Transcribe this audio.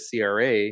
CRA